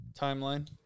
timeline